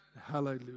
Hallelujah